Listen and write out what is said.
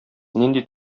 нинди